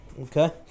Okay